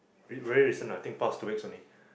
ver~ very recent lah I think past two weeks only